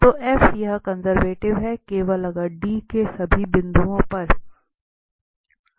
तो यहाँ कंजर्वेटिव है केवल अगर D के सभी बिंदुओं पर हैं